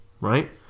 right